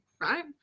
Right